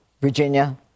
virginia